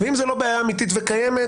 ואם זאת לא בעיה אמיתית וקיימת